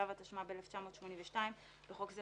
התשמ"ב-1982 (בחוק זה,